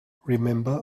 remember